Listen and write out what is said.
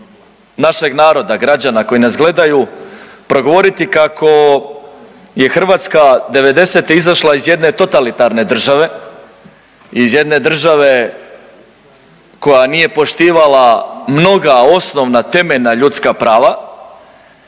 našeg naroda, građana koji nas gledaju progovoriti kako je Hrvatska '90. izašla iz jedne totalitarne države, iz jedne države koja nije poštivala mnoga osnovna, temeljna ljudska prava,